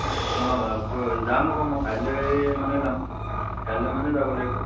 অঁ কৈ যাম আকৌ মই কাইলৈ মানে যাম কাইলৈ মানে যাব লাগিব